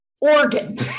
organ